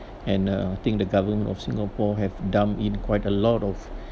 and uh I think the government of singapore have dump in quite a lot of